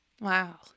Wow